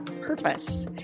purpose